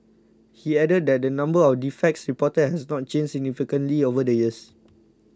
he added that the number of defects reported has not changed significantly over the years